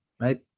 right